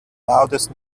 loudest